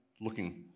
looking